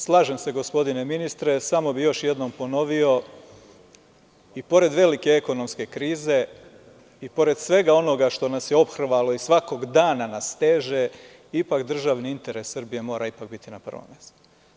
Slažem se, gospodine ministre, samo bih još jednom ponovio - i pored velike ekonomske krize i pored svega onoga što nas je ophrvalo i svakog dana nas steže, ipak državni interes Srbije mora ipak biti na prvom mestu.